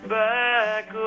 back